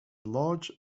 large